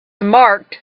marked